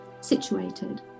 situated